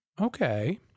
Okay